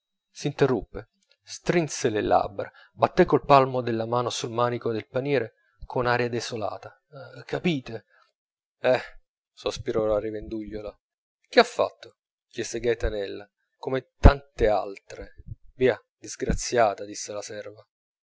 quest'altra s'interruppe strinse le labbra battè col palmo della mano sul manico del paniere con un'aria desolata capite eh sospirò la rivendugliola che ha fatto chiese gaetanella come tant'altre via disgraziata disse la serva